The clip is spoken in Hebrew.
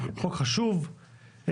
חוק חשוב.